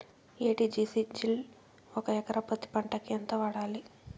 ఎ.టి.జి.సి జిల్ ఒక ఎకరా పత్తి పంటకు ఎంత వాడాలి?